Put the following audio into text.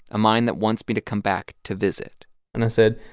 a mine that wants me to come back to visit and i said,